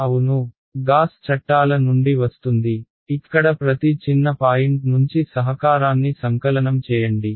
అవును గాస్ చట్టాల నుండి వస్తుంది ఇక్కడ ప్రతి చిన్న పాయింట్ నుంచి సహకారాన్ని సంకలనం చేయండి